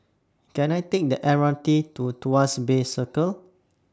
Can I Take The M R T to Tuas Bay Circle